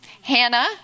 Hannah